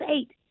eight